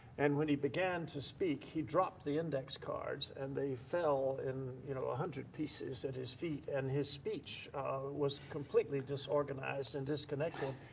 and when he began to speak, he dropped the index cards and they fell in one you know ah hundred pieces at his feet and his speech was completely disorganized and disconnected.